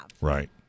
Right